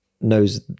knows